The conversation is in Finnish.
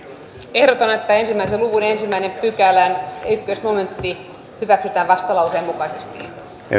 ehdotan että yhden luvun ensimmäisen pykälän ensimmäinen momentti hyväksytään vastalauseen mukaisesti